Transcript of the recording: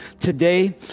today